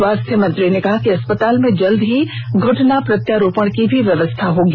स्वास्थ्य मंत्री ने कहा कि अस्पताल में जल्द ही घटना प्रत्यारोपण की भी व्यवस्था होगी